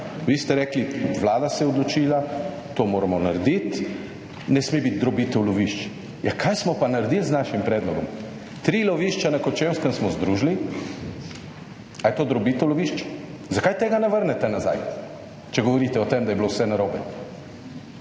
vi ste rekli, Vlada se je odločila, to moramo narediti, ne sme biti drobitev lovišč. Ja, kaj smo pa naredili z našim predlogom? Tri lovišča na Kočevskem smo združili. A je to drobitev lovišč? Zakaj tega ne vrnete nazaj, če govorite o tem, da je bilo vse narobe.